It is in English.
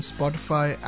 Spotify